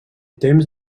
temps